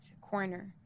corner